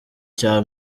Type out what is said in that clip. cya